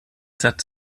satz